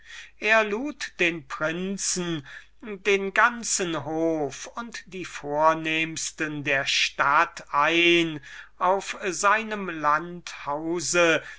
er lud den prinzen den ganzen hof und die vornehmsten der stadt ein auf seinem